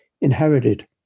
inherited